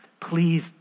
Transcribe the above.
please